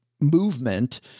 movement